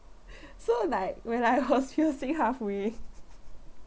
so like when I was piercing halfway